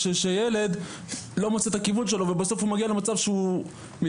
שילד לא מוצא את הכיוון שלו ובסוף הוא מגיע למצב שהוא מתאבד.